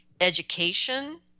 education